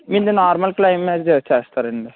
normal claim మీద చేసేస్తారండి